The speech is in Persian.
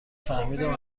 فهمیدم